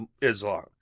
Islam